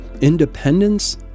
independence